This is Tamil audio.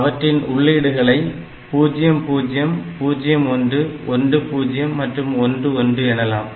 அவற்றின் உள்ளீடுகளை 0 0 0 1 1 0 மற்றும் 1 1 எனலாம்